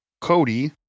Cody